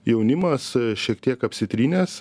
jaunimas šiek tiek apsitrynęs